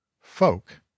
Folk